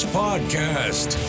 podcast